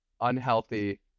unhealthy